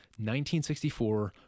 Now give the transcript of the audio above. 1964